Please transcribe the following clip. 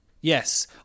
Yes